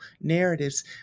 narratives